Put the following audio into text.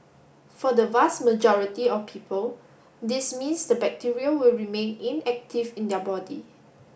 for the vast majority of people this means the bacteria will remain inactive in their body